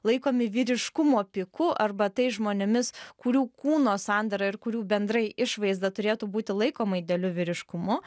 laikomi vyriškumo piku arba tais žmonėmis kurių kūno sandara ir kurių bendrai išvaizda turėtų būti laikoma idealiu vyriškumu